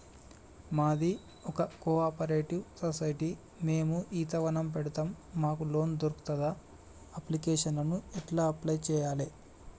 మాది ఒక cooperative society మేము ఈత వనం పెడతం మాకు లోన్ దొర్కుతదా? అప్లికేషన్లను ఎట్ల అప్లయ్ చేయాలే?